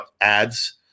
ads